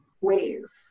ways